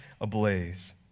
ablaze